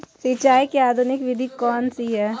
सिंचाई की आधुनिक विधि कौन सी है?